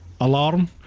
alarm